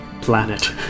planet